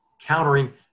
countering